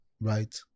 right